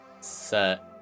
set